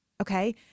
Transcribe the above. okay